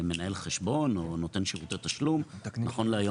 מנהל חשבון או נותן שירותי תשלום נכון להיום,